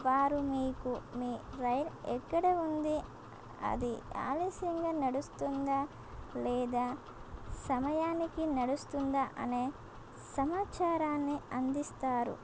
వారు మీకు మీ రైల్ ఎక్కడ ఉంది అది ఆలస్యంగా నడుస్తుందా లేదా సమయానికి నడుస్తుందా అనే సమాచారాన్ని అందిస్తారు